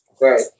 Right